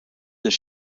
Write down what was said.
this